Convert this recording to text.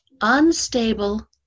Unstable